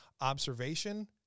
observation